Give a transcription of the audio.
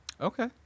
Okay